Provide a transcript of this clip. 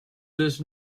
this